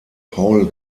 paul